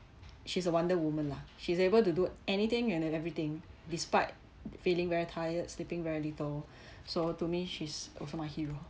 she's a wonder woman lah she's able to do anything and everything despite feeling very tired sleeping very little so to me she's also my hero